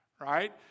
right